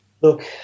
Look